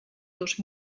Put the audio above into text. dos